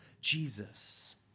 Jesus